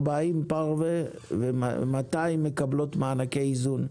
40 פרווה ו-200 מקבלות מענקי איזון,